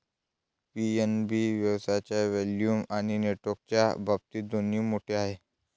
PNB व्यवसायाच्या volume आणि नेटवर्कच्या बाबतीत दोन्ही मोठे आहे